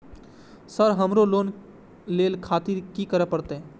Sir हमरो loan ले खातिर की करें परतें?